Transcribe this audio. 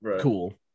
cool